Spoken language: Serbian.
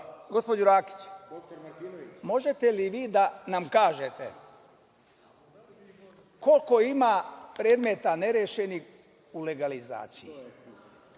Rakić, možete li vi da nam kažete, koliko ima predmeta nerešenih u legalizaciji,